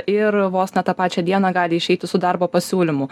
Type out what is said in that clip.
ir vos ne tą pačią dieną gali išeiti su darbo pasiūlymu